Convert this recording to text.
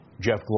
Jeff